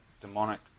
demonic